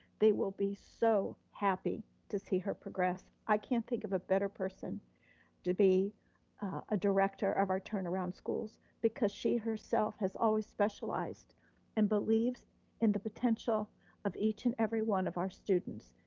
they will be so happy to see her progress. i can't think of a better person to be a director of our turnaround schools because she herself has always specialized and believes in the potential of each and every one of our students.